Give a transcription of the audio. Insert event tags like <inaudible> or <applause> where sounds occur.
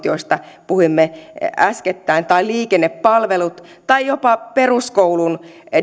<unintelligible> joista puhuimme äskettäin tai liikennepalvelut tai jopa peruskoulun